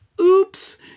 Oops